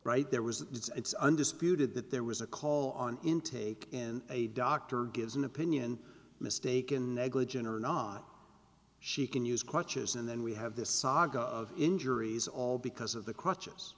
right there was that it's undisputed that there was a call on intake in a doctor gives an opinion mistaken negligent or not she can use crutches and then we have this saga of injuries all because of the crutches